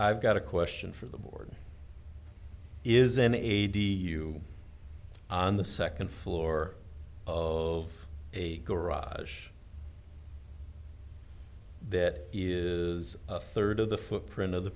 i've got a question for the board is an aide to you on the second floor of a garage that is a third of the footprint of the